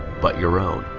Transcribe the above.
but your own